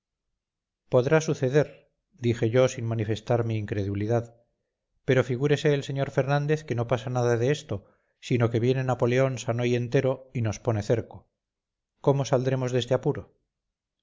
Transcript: podrá suceder dije yo sin manifestarle mi incredulidad pero figúrese el sr fernández que no pasa nada de esto sino que viene napoleón sano y entero y nos pone cerco cómo saldremos de este apuro